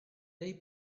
they